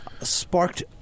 sparked